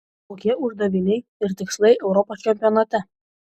kokie uždaviniai ir tikslai europos čempionate